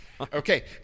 Okay